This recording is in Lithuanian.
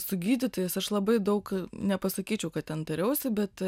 su gydytojais aš labai daug nepasakyčiau kad ten tariausi bet